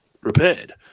repaired